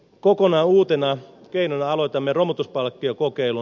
kokonaan uutena keinona aloitamme romutuspalkkiokokeilun